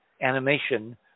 animation